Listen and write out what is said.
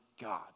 God